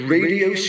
Radio